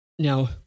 Now